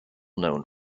known